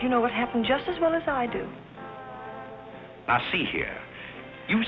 you know what happened just as well as i do i see here you